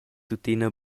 tuttina